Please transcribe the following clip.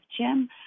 Jim